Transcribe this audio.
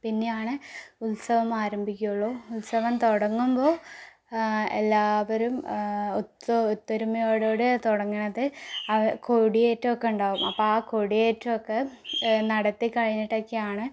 പിന്നെയാണ് ഉത്സവം ആരംഭിക്കുകയുള്ളൂ ഉത്സവം തുടങ്ങുമ്പോൾ എല്ലാവരും ഒത്തൊരുമയോടു കൂടിയാണ് തുടങ്ങണത് അവ കൊടിയേറ്റമൊക്കെ ഉണ്ടാവും അപ്പോൾ ആ കൊടിയേറ്റമൊക്കെ നടത്തി കഴിഞ്ഞിട്ടൊക്കെയാണ്